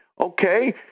okay